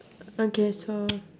okay so